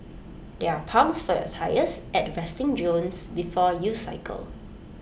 there are pumps for your tyres at the resting zones before you cycle